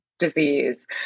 disease